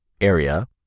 area